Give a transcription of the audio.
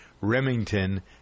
Remington